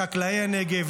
לחקלאי הנגב,